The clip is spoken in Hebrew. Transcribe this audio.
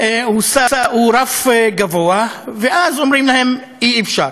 הוא רף גבוה, ואז אומרים להם: אי-אפשר.